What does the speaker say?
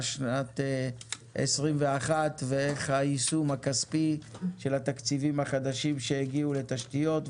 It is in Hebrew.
שנת 2021 ואיך היישום הכספי של התקציבים החדשים שהגיעו לתשתיות,